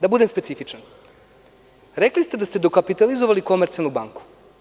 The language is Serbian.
Da budem specifičan, rekli ste da ste dokapitalizovali Komercijalnu banku.